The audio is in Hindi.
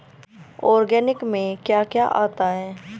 ऑर्गेनिक में क्या क्या आता है?